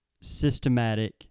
systematic